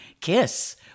kiss